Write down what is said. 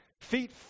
feet